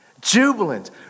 jubilant